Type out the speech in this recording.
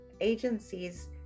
agencies